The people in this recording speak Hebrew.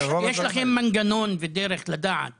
יש לכם מנגנון ודרך לדעת